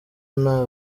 nta